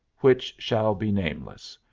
which shall be nameless.